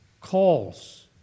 calls